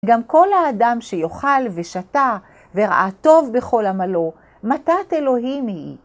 גם כל האדם שיאכל ושתה וראה טוב בכל עמלו, מתת אלוהים היא